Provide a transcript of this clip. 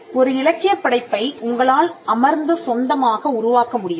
ஒரு இலக்கியப் படைப்பை உங்களால் அமர்ந்து சொந்தமாக உருவாக்க முடியும்